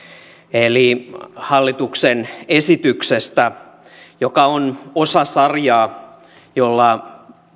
eli hallituksen esityksestä joka on osa sarjaa jolla